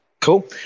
Cool